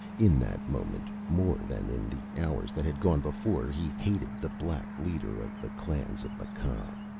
in that moment, more than in the hours that had gone before, he hated the black leader of the clans of mekh.